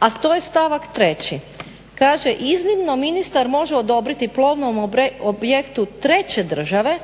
a to je stavak 3.kaže "iznimno ministar može odobriti plovnom objektu treće države